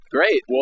Great